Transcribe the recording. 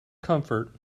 comfort